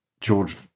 George